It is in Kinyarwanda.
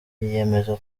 yiyemeza